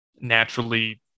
naturally